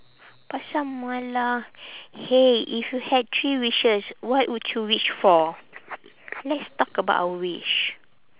pasar malam !hey! if you had three wishes what would you wish for let's talk about our wish